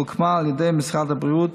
הוקמה על ידי משרד הבריאות,